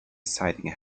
citing